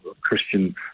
Christian